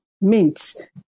mint